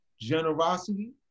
generosity